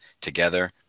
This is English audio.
together